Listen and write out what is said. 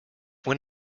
when